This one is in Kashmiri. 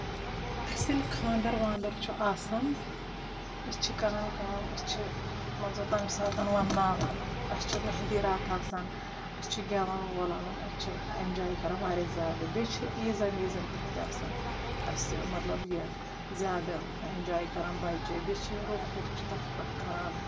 اَسہِ ییٚلہِ خاندَر واندَر چھُ آسان أسۍ چھِ کران کٲم أسۍ چھِ مان ژٕ تَمہِ ساتن وَنٕناوان اَسہِ چھُ مہندی راتھ آسان أسۍ چھِ گؠون وول اَنان أسۍ چھِ اؠنجاے کران واریاہ زیادٕ بیٚیہِ چھِ عیٖزن ویٖزن پؠٹھ تہِ آسان اسہِ مطلب یہِ زیادٕ اینجاے کران بچہٕ بیٚیہِ چھِ یہِ رُف وُف چھِ تتھ پؠٹھ کران